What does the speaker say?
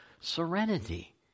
serenity